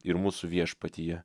ir mūsų viešpatyje